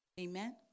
amen